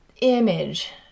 image